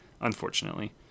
unfortunately